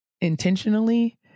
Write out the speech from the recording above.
intentionally